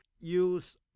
use